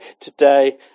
today